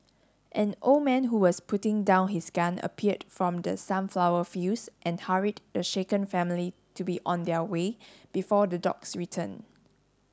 an old man who was putting down his gun appeared from the sunflower fields and hurried the shaken family to be on their way before the dogs return